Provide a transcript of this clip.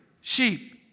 sheep